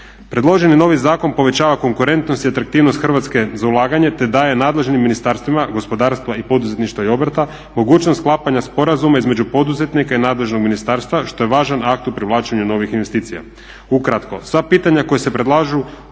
Predloženi novi zakon poveća konkurentnost i atraktivnost Hrvatske za ulaganje te daje nadležnim ministarstvima gospodarstva i poduzetništva i obrta mogućnost sklapanja sporazuma između poduzetnika i nadležnog ministarstva što je važan akt u privlačenju novih investicija. Ukratko, sva pitanja koja se predlažu